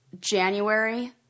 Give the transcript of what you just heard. January